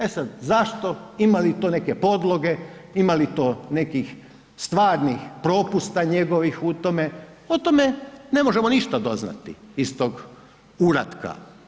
E sad zašto, ima li to neke podloge, ima li to nekih stvarnih propusta njegovih u tome, o tome ne možemo ništa doznati, iz tog uratka.